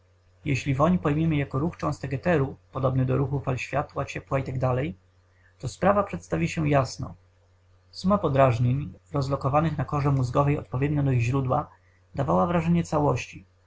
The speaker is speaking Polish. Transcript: jeśli woń pojmiemy jako ruch cząstek eteru podobny do ruchu fal światła ciepła itd to sprawa przedstawi się jasno suma podrażnień rozlokowanych na korze mózgowej odpowiednio do ich źródła dawała wrażenie całości